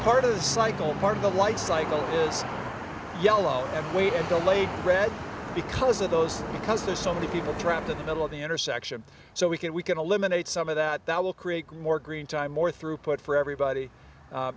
part of the cycle part of the life cycle is yellow and we don't like red because of those because there's so many people trapped in the middle of the intersection so we can we can eliminate some of that that will create more green time more throughput for everybody a